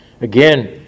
Again